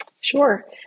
Sure